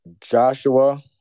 Joshua